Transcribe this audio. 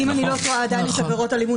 אם אני לא טועה עדיין יש עבירות אלימות